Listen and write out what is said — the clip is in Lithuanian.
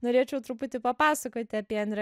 norėčiau truputį papasakoti apie andrė